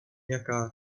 jaká